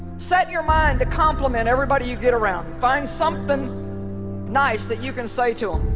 set your mind to complement everybody you get around find something nice that you can say to